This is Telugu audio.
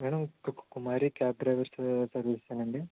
మేడం కు కుమారి క్యాబ్ డ్రైవర్స్ సర్వీసా అండి